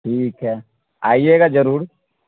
ٹھیک ہے آئیے گا ضرور